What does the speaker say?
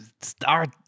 start